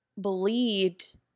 believed